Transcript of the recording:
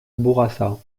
bourassa